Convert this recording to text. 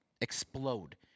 explode